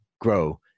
grow